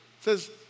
says